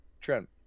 Trent